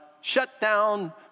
shutdown